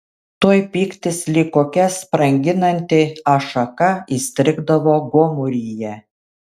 tuoj pyktis lyg kokia spranginanti ašaka įstrigdavo gomuryje